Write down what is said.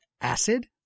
acid